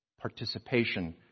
participation